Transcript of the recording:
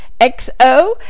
XO